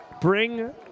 bring